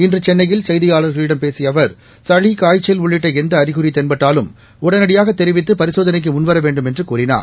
இன்று சென்னையில் செய்தியாளர்களிடம் பேசிய அவர் சளி காய்ச்சல் உள்ளிட்ட எந்த அறிகுறி தென்பட்டாலும் உடனடியாக தெரிவித்து பரிசோதளைக்கு முன்வர வேண்டும் என்று கூறினார்